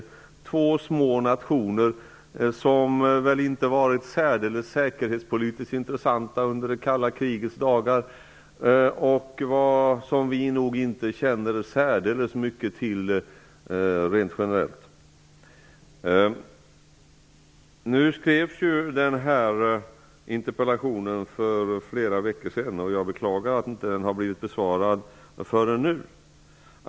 Det är två små nationer som väl inte varit särdeles säkerhetspolitiskt intressanta under det kalla krigets dagar och som vi nog inte känner särdeles mycket till rent generellt. Interpellationen skrevs för flera veckor sedan, och jag beklagar att den inte har blivit besvarad förrän nu.